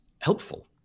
helpful